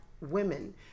women